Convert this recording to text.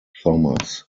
thomas